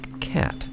cat